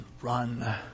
run